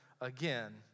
again